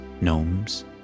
gnomes